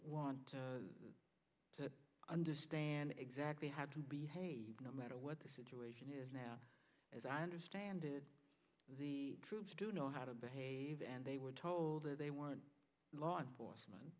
want to understand exactly how to behave no matter what the situation is now as i understand it the troops do know how to behave and they were told that they weren't law enforcement